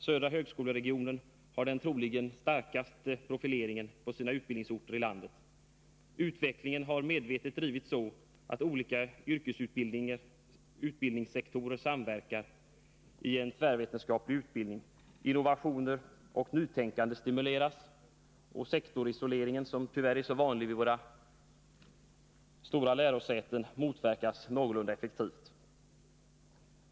Södra högskoleregionen har troligen den starkaste profileringen på sina utbildningsorter. Utvecklingen har medvetet drivits så att olika yrkesutbildningssektorer samarbetar i en tvärvetenskaplig utbildning. Innovationer och nytänkande stimuleras. Sektorisoleringen, som tyvärr är så vanlig vid de stora lärosätena, motverkas någorlunda effektivt.